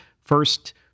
first